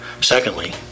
Secondly